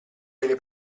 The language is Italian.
delle